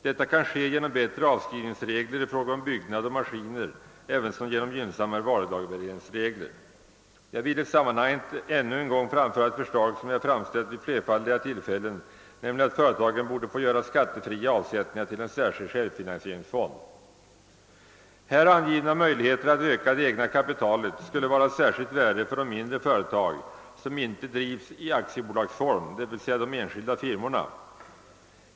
Detta kan ske genom bättre avskrivningsregler i fråga om byggnad och maskiner och även genom gynnsammare varulagervärderingsregler. Jag vill i det sammanhanget ännu en gång framföra ett förslag som jag framställt vid flerfaldiga tillfällen, nämligen att företagen borde få göra skattefria avsättningar till en särskild självfinansieringsfond. Här angivna möjligheter att öka det egna kapitalet skulle vara av särskilt värde för de mindre företag som inte drivs i aktiebolagsform, d.v.s. de enskilda firmorna.